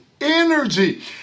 energy